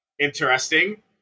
Interesting